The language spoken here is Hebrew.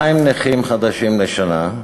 ו-2,000 נכים חדשים בשנה,